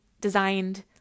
designed